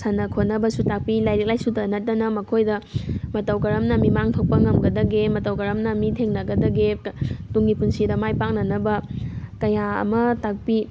ꯁꯥꯟꯅ ꯈꯣꯠꯅꯕꯁꯨ ꯇꯥꯛꯄꯤ ꯂꯥꯏꯔꯤꯛ ꯂꯥꯏꯁꯨꯗ ꯅꯠꯇꯅ ꯃꯈꯣꯏꯗ ꯃꯇꯧ ꯀꯔꯝꯅ ꯃꯤꯃꯥꯡ ꯊꯣꯛꯄ ꯉꯝꯒꯗꯒꯦ ꯃꯇꯧ ꯀꯔꯝꯅ ꯃꯤ ꯊꯦꯡꯅꯒꯗꯒꯦ ꯇꯨꯡꯒꯤ ꯄꯨꯟꯁꯤꯗ ꯃꯥꯏ ꯄꯥꯛꯅꯅꯕ ꯀꯥꯌꯥ ꯑꯃ ꯇꯥꯛꯄꯤ